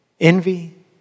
envy